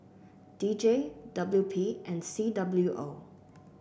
D J W P and C W O